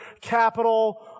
Capital